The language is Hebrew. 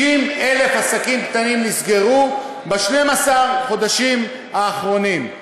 60,000 עסקים קטנים נסגרו ב-12 החודשים האחרונים: